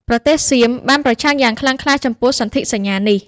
ប្រទេសសៀមបានប្រឆាំងយ៉ាងខ្លាំងក្លាចំពោះសន្ធិសញ្ញានេះ។